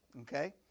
okay